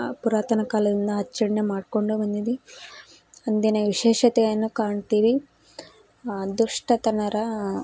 ಪುರಾತನ ಕಾಲದಿಂದ ಆಚರಣೆ ಮಾಡಿಕೊಂಡೇ ಬಂದಿದೀವಿ ಅಂದಿನ ವಿಶೇಷತೆಯನ್ನು ಕಾಣ್ತೀವಿ ದುಷ್ಟತನ